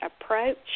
approach